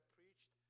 preached